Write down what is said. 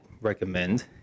recommend